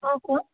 অঁ কোন